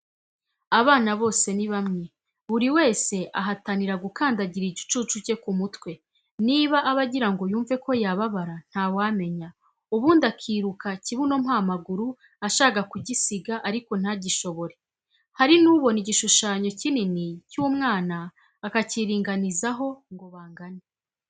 Abana bose ni bamwe, buri wese ahatanira gukandagira igicucu cye ku mutwe, niba aba agirango yumve ko yababara, ntawamenya; ubundi akiruka kibuno mpa amaguru ashaka kugisiga ariko ntagishobore. Hari n'ubona igishushanyo kinini cy'umwana, akacyiringanizaho ngo bangane.